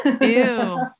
Ew